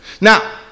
Now